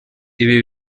ibi